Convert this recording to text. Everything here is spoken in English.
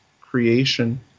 creation